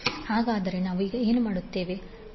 ಹಾಗಾದರೆ ನಾವು ಈಗ ಏನು ಮಾಡುತ್ತೇವೆ